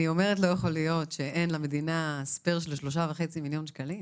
אומרת שלא יכול להיות שאין למדינה ספייר של 3.5 מיליון שקלים.